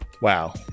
Wow